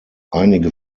einige